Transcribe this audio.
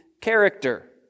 character